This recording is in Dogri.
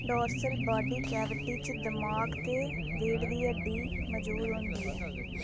डोर्सल बॉडी कैविटी च दमाग ते रीढ़ दी हड्डी मजूद होंदी ऐ